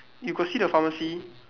you got see the pharmacy